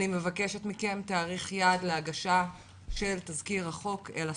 אני מבקשת מכם תאריך יעד להגשה של תזכיר החוק אל השר.